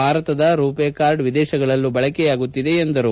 ಭಾರತದ ರುಪೆ ಕಾರ್ಡ್ ವಿದೇಶಗಳಲ್ಲೂ ಬಳಕೆಯಾಗುತ್ತಿದೆ ಎಂದರು